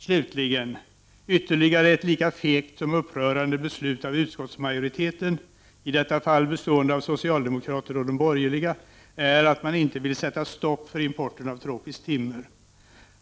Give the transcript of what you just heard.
Slutligen — ytterligare ett lika fegt som upprörande beslut av utskottsmajoriteten — i detta fall bestående av socialdemokrater och borgerliga — är att man inte vill sätta stopp för importen av tropiskt timmer.